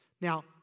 Now